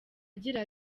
agira